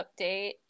update